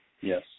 Yes